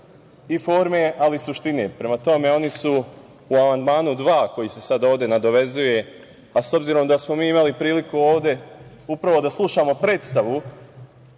i forme, ali i suštine. Prema tome, oni su u amandmanu dva, koji se sada ovde nadovezuje, a s obzirom da smo mi imali priliku ovde upravo da slušamo predstavu